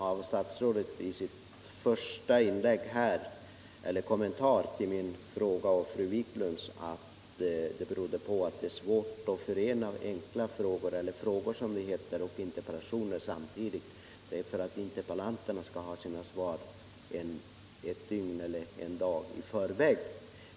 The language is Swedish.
Av statsrådets första kommentar till interpellationerna av fru Wiklund och mig fick jag uppfattningen att svaret inte lämnades den 22 därför att det är svårt att förena svar på frågor med svar på interpellationer, eftersom interpellanterna skall ha sina svar en dag i förväg.